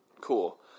Cool